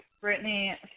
Brittany